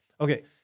Okay